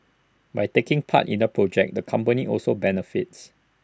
by taking part in the project the companies also benefit